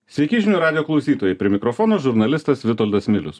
sveiki žinių radijo klausytojai prie mikrofono žurnalistas vitoldas milius